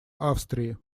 австрии